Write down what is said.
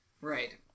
Right